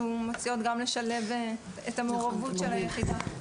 מציעות גם לשלב את המעורבות של היחידה.